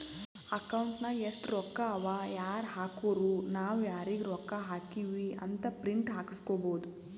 account ನಾಗ್ ಎಸ್ಟ್ ರೊಕ್ಕಾ ಅವಾ ಯಾರ್ ಹಾಕುರು ನಾವ್ ಯಾರಿಗ ರೊಕ್ಕಾ ಹಾಕಿವಿ ಅಂತ್ ಪ್ರಿಂಟ್ ಹಾಕುಸ್ಕೊಬೋದ